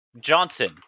Johnson